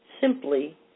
simply